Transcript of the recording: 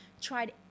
tried